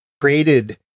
created